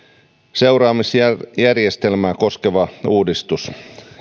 seuraamusjärjestelmää koskeva uudistus